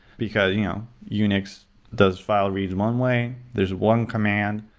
because you know unix does file read in one way, there's one command,